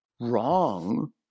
wrong